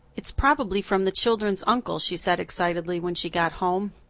it's probably from the children's uncle, she said excitedly, when she got home.